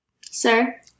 Sir